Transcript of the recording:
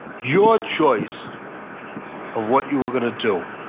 your choice of what you were going to do.